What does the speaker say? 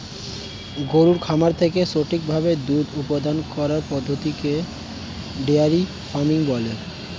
গরুর খামার থেকে সঠিক ভাবে দুধ উপাদান করার পদ্ধতিকে ডেয়ারি ফার্মিং বলে